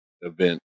event